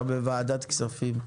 אתה בוועדת הכספים.